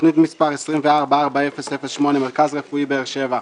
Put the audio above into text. תוכנית מס' 244008 - מרכז רפואי באר שבע,